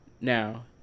Now